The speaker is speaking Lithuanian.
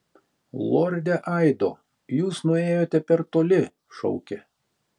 lorde aido jūs nuėjote per toli šaukė